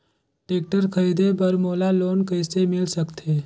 Tractor खरीदे बर मोला लोन कइसे मिल सकथे?